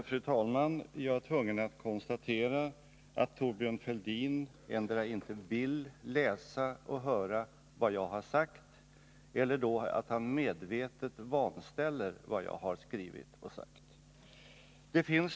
Fru talman! Jag är tvungen att konstatera att Thorbjörn Fälldin antingen inte vill läsa och höra vad jag har sagt eller att han medvetet vanställer vad jag har skrivit och sagt.